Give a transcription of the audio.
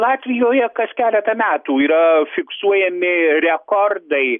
latvijoje kas keletą metų yra fiksuojami rekordai